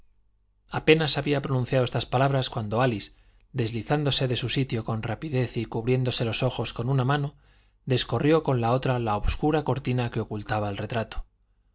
apenas había pronunciado estas palabras cuando álice deslizándose de su sitio con rapidez y cubriéndose los ojos con una mano descorrió con la otra la obscura cortina que ocultaba el retrato